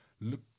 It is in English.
look